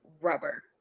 Rubber